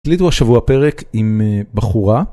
הקליטו השבוע פרק עם בחורה.